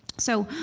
so